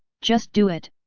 just do it,